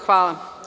Hvala.